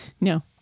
No